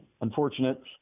unfortunate